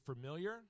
familiar